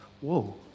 Whoa